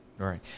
Right